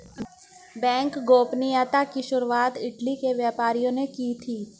bank गोपनीयता की शुरुआत इटली के व्यापारियों ने की थी